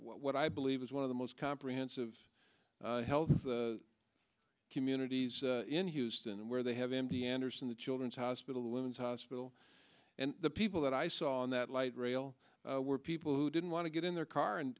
what i believe is one of the most comprehensive health communities in houston where they have mt anderson the children's hospital women's hospital and the people that i saw in that light rail were people who didn't want to get in their car and